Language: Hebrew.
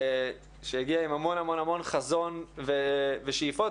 שהגיע עם המון המון חזון ושאיפות,